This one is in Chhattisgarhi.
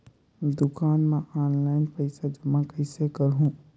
दुकान म ऑनलाइन पइसा जमा कइसे करहु?